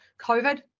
COVID